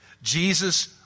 Jesus